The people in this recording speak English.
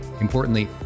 importantly